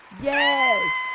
Yes